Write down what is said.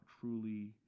truly